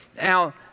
Now